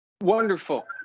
Wonderful